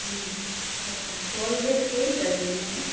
हम्म हम्म अच्छा कोलगेट कहिड़ी कजे इन में